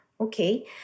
Okay